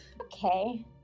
Okay